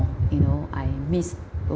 you know I miss